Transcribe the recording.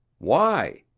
why?